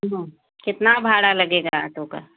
सुनो कितना भाड़ा लगेगा आटो का